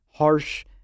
harsh